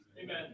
Amen